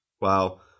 Wow